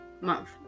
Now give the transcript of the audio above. month